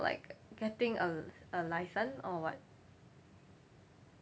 like getting a l~ a license or what